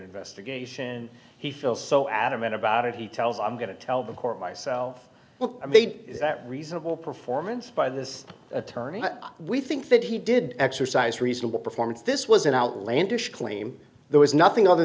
investigation he feels so adamant about it he tells i'm going to tell the court myself i made that reasonable performance by this attorney we think that he did exercise reasonable performance this was an outlandish claim there was nothing other